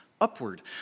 upward